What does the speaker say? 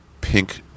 pink